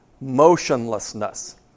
motionlessness